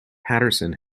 patterson